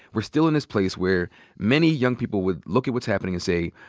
we're still in this place where many young people would look at what's happening and say,